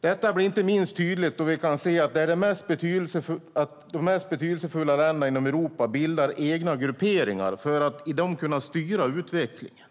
Detta blir inte minst tydligt då vi kan se att de mest betydelsefulla länderna inom Europa bildar egna grupperingar där de kan styra utvecklingen.